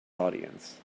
audience